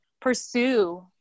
pursue